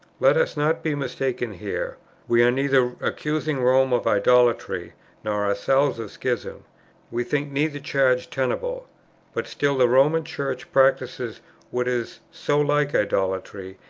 let us not be mistaken here we are neither accusing rome of idolatry nor ourselves of schism we think neither charge tenable but still the roman church practises what is so like idolatry,